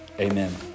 Amen